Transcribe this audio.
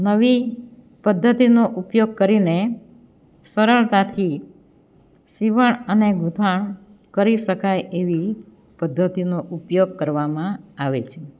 નવી પદ્ધતિનો ઉપયોગ કરીને સરળતાથી સીવણ અને ગૂંથણ કરી શકાય એવી પદ્ધતિનો ઉપયોગ કરવામાં આવે છે